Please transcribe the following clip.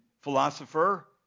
philosopher